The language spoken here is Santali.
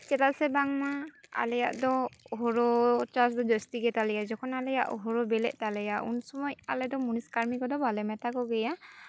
ᱪᱮᱫᱟᱜ ᱥᱮ ᱵᱟᱝᱢᱟ ᱟᱞᱮᱭᱟᱜ ᱫᱚ ᱦᱩᱲᱩ ᱪᱟᱥ ᱡᱟᱹᱥᱛᱤ ᱜᱮᱛᱟᱞᱮᱭᱟ ᱡᱚᱠᱷᱚᱱ ᱟᱞᱮᱭᱟᱜ ᱦᱩᱲᱩ ᱵᱤᱞᱤᱜ ᱛᱟᱞᱮᱭᱟ ᱩᱱ ᱥᱚᱢᱚᱭ ᱟᱞᱮ ᱫᱚ ᱢᱩᱱᱤᱥ ᱠᱟᱹᱢᱤᱱ ᱠᱚᱫᱚ ᱵᱟᱝᱞᱮ ᱢᱮᱛᱟ ᱠᱚᱜᱮᱭᱟ